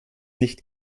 nicht